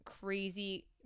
crazy